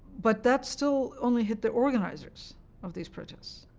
but that still only hit the organizers of these protests,